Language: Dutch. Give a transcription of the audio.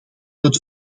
het